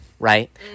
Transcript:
Right